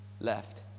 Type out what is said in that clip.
Left